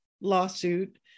lawsuit